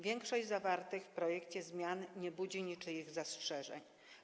Większość zawartych w projekcie zmian nie budzi niczyich zastrzeżeń.